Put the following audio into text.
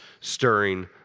stirring